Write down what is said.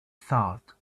thought